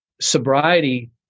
sobriety